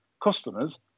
customers